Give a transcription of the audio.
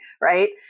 right